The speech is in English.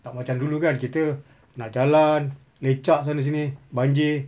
tak macam dulu kan kita nak jalan lecak sana sini banjir